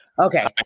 Okay